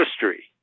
history